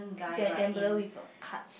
ga~ gambler with uh cards